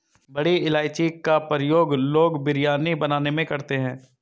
बड़ी इलायची का प्रयोग लोग बिरयानी बनाने में करते हैं